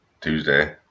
Tuesday